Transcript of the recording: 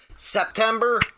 September